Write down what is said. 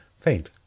faint